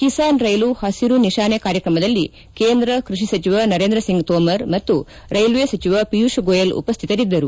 Kisan rail ಪಸಿರು ನಿಶಾನೆ ಕಾರ್ಯಕ್ರಮದಲ್ಲಿ ಕೇಂದ್ರ ಕೃಷಿ ಸಚಿವ ನರೇಂದ್ರ ಸಿಂಗ್ ತೋಮರ್ ಮತ್ತು ರೈಲ್ವೆ ಸಚಿವ ಪಿಯೂಷ್ ಗೋಯಲ್ ಉಪಶ್ಠಿತರಿದ್ದರು